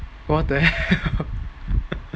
what the hell